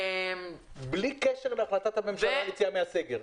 בלי קשר להחלטת הממשלה על יציאה מהסגר.